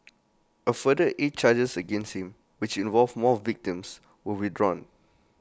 A further eight charges against him which involved more victims were withdrawn